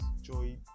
joy